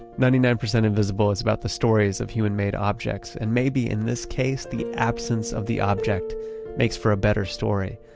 ninety nine percent invisible is about the stories of human-made objects and maybe, in this case, the absence of the object makes for a better story.